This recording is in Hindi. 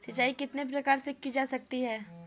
सिंचाई कितने प्रकार से की जा सकती है?